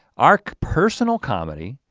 our personal comedy,